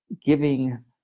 giving